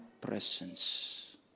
Presence